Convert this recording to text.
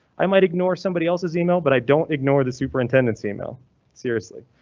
i might ignore somebody elses email, but i don't ignore the superintendents email seriously,